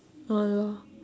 !hannor!